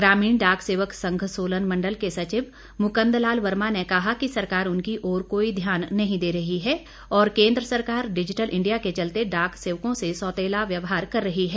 ग्रामीण डाक सेवक संघ सोलन मंडल के सचिव मुकंदलाल वर्मा ने कहा कि सरकार उनकी ओर कोई ध्यान नहीं दे रही है और केन्द्र सरकार डिजिटल इंडिया के चलते डाक सेवकों से सौतेला व्यवहार कर रही है